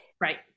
Right